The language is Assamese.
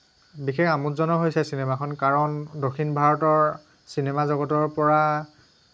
বিশেষ আমোদজনক হৈছে চিনেমাখন কাৰণ দক্ষিণ ভাৰতৰ চিনেমা জগতৰ পৰা